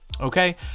Okay